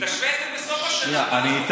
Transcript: אני,